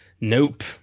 Nope